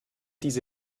diese